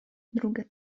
druga